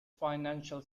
financial